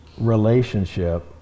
relationship